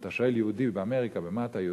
אתה שואל יהודי באמריקה: במה אתה יהודי?